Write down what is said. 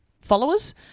followers